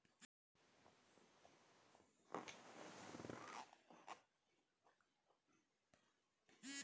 हम प्रतिदिन गुल्लक में पैसे जमा करते है